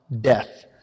death